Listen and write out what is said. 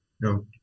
No